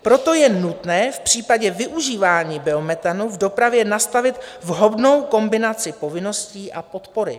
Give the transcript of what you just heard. Proto je nutné v případě využívání biometanu v dopravě nastavit vhodnou kombinaci povinností a podpory.